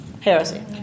heresy